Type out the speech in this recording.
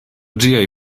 ĝiaj